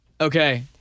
okay